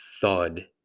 thud